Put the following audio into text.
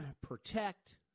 protect